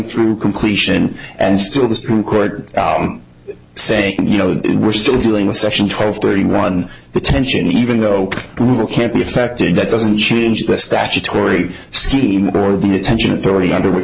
through completion and still the supreme court saying you know we're still dealing with section two hundred thirty one the tension even though we were can't be affected that doesn't change the statutory scheme or the detention authority under which